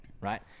right